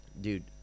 Dude